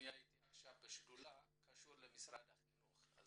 הייתי עכשיו בשדולה שקשורה למשרד החינוך.